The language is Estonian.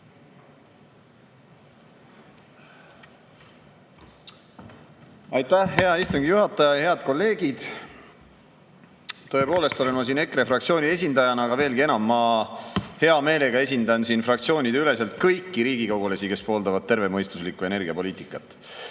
Aitäh, hea istungi juhataja! Head kolleegid! Tõepoolest olen ma siin EKRE fraktsiooni esindajana, aga veelgi enam, ma hea meelega esindan siin fraktsioonideüleselt kõiki riigikogulasi, kes pooldavad tervemõistuslikku energiapoliitikat.